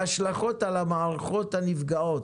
ההשלכות על המערכות הנפגעות.